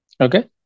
Okay